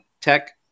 tech